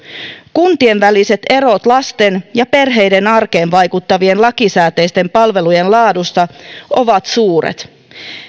kuntien väliset erot lasten ja perheiden arkeen vaikuttavien lakisääteisten palvelujen laadussa ovat suuret